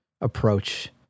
approach